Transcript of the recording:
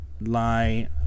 lie